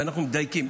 ואנחנו מדייקים.